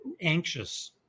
anxious